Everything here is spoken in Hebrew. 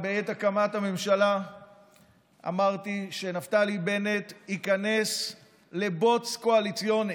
בעת הקמת הממשלה אמרתי שנפתלי בנט ייכנס לבוץ קואליציוני.